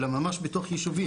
אלא ממש בתוך ישובים.